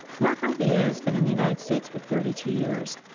marco villa's been in the united states for thirty two years,